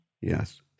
Yes